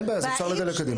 אין בעיה, אז אפשר לדלג קדימה.